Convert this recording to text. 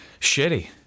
Shitty